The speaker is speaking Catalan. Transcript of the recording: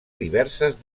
diverses